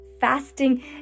Fasting